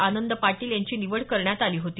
आनंद पाटील यांची निवड करण्यात आली होती